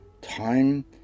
time